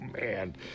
man